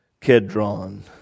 Kedron